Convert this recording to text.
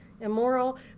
immoral